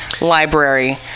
Library